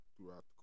throughout